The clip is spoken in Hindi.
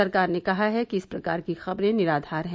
सरकार ने कहा है कि इस प्रकार की खबरें निराधार हैं